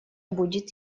будет